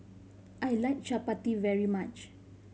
I like Chapati very much